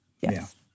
yes